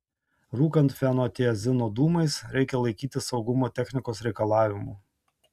rūkant fenotiazino dūmais reikia laikytis saugumo technikos reikalavimų